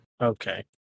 Okay